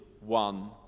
one